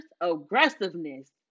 aggressiveness